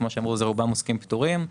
שכפי שנאמר רובם עוסקים פטורים,